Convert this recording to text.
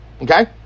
Okay